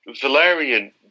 Valerian